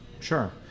sure